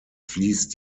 fliesst